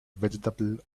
vegetable